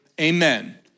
Amen